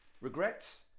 Regrets